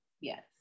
yes